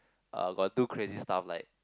uh got do crazy stuff like